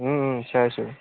চাইছোঁ